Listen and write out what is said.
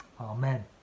amen